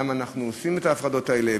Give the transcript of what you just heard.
למה אנחנו עושים את ההפרדות האלה,